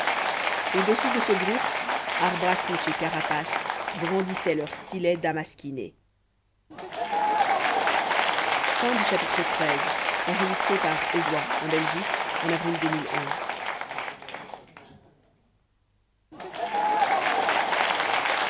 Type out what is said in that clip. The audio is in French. au-dessus de ce groupe arbre à couche et carapace brandissaient leurs stylets damasquinés